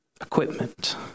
Equipment